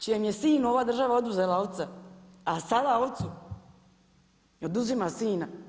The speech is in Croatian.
Čijem je sinu ova država oduzela oca, a sada ocu oduzima sina.